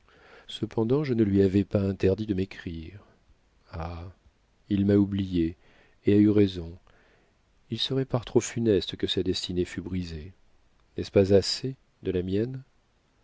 cependant je ne lui avais pas interdit de m'écrire ah il m'a oubliée et a eu raison il serait par trop funeste que sa destinée fût brisée n'est-ce pas assez de la mienne